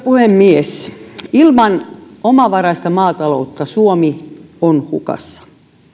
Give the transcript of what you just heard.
puhemies ilman omavaraista maataloutta suomi on hukassa